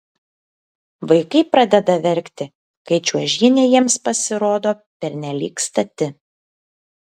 vaikai pradeda verkti kai čiuožynė jiems pasirodo pernelyg stati